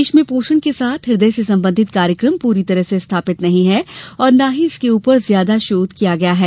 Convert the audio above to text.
देश में पोषण के साथ हृदय से संबंधित कार्यक्रम पूरी तरह से स्थापित नहीं है और न ही इसके ऊपर ज्यादा शोध किया गया है